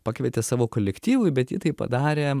pakvietė savo kolektyvui bet ji tai padarė